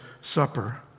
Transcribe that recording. supper